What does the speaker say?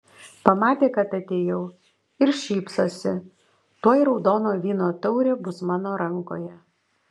pamatė kad atėjau ir šypsosi tuoj raudono vyno taurė bus mano rankoje